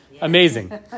Amazing